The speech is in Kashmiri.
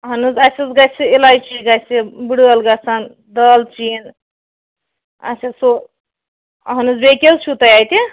اہن حظ اَسہ حظ گَژھِ اِلایچی گَژھِ بٕڑٕ عٲل گَژھَن دالچیٖن اَسہِ ہسا اہن حظ بیٚیہِ کیاہ حظ چھُو تۄہہِ اَتہِ